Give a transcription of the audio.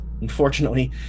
Unfortunately